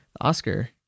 Oscar